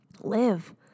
live